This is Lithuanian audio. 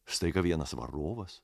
staiga vienas varovas